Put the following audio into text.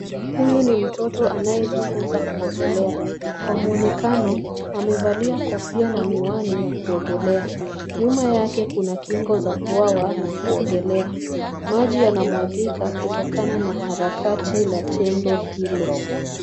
Huyu ni mtoto anayejifunza kuogelea. Kwa mwonekano amevalia kofia na miwani ya kuogelea. Nyuma yake kuna kingo za bwawa la kuogelea. Maji yanamwagika kutokana na harakati la tendo hilo.